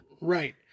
Right